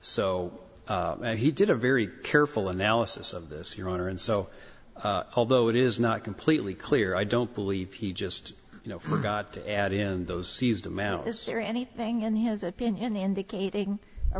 so he did a very careful analysis of this your honor and so although it is not completely clear i don't believe he just you know forgot to add in those seized amount is there anything in his opinion indicating